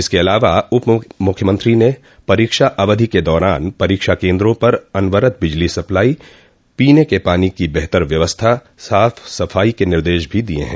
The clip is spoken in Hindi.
इसके अलावा उप मुख्यमंत्री ने परीक्षा अवधि के दौरान परीक्षा केन्द्रों पर अनवरत बिजली सप्लाई पीने के पानी की बेहतर व्यवस्था तथा साफ़ सफ़ाई के निर्देश भो दिये हैं